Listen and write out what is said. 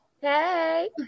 Hey